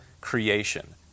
creation